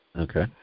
Okay